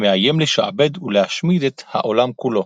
שמאיים לשעבד ולהשמיד את העולם כולו.